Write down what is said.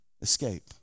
escape